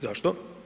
Zašto?